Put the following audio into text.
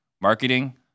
Marketing